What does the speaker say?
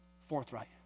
forthright